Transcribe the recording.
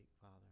Father